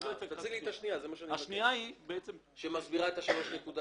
תציג לי את השנייה שמסבירה את ה-3.6.